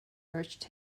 urged